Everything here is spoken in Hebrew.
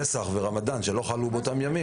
פסח ורמדאן שלא חלו באותם ימים,